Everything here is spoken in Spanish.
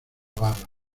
barra